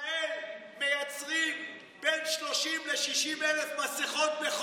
בישראל מייצרים בין 30,000 ל-60,000 מסכות.